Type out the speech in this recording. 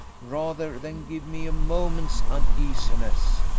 rather than give me a moment's uneasiness.